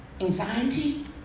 anxiety